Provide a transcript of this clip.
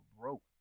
broke